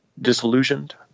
disillusioned